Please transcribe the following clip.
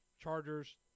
chargers